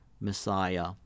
Messiah